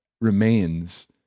remains